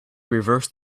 reversed